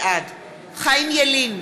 בעד חיים ילין,